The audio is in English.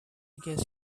guess